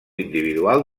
individual